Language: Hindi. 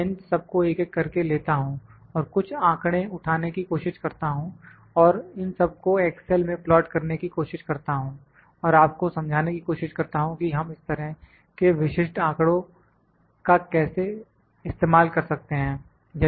मैं इन सब को एक एक करके लेता हूं और कुछ आंकड़े उठाने की कोशिश करता हूं और इन सबको एक्सेल में प्लाट करने की कोशिश करता हूं और आप को समझाने की कोशिश करता हूं कि हम इस तरह के विशिष्ट आंकड़े का कैसे इस्तेमाल कर सकते हैं